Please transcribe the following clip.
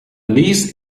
niece